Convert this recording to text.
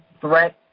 threat